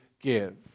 give